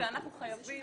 אנחנו חייבים,